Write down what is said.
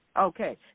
Okay